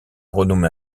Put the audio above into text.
renommée